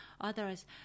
Otherwise